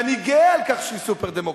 ואני גאה על כך שהיא סופר-דמוקרטית.